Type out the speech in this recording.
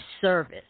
service